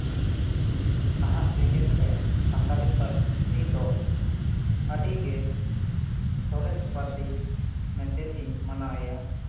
ᱱᱟᱦᱜᱟᱜ ᱡᱮᱜᱮᱫ ᱨᱮ ᱥᱟᱱᱛᱟᱞᱤ ᱯᱟᱹᱨᱥᱤ ᱫᱚ ᱟᱹᱰᱤ ᱜᱮ ᱥᱚᱨᱮᱥ ᱯᱟᱹᱨᱥᱤ ᱢᱮᱱᱛᱮᱫ ᱤᱧ ᱢᱟᱱᱟᱣᱮᱭᱟ